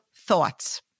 thoughts